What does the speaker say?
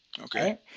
Okay